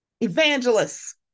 evangelists